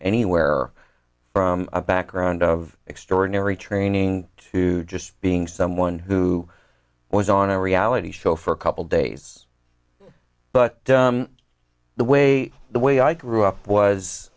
anywhere from a background of extraordinary training to just being someone who was on a reality show for a couple days but the way the way i grew up was